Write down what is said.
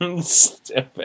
Stupid